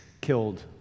killed